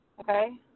Okay